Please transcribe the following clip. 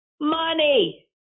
money